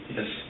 Yes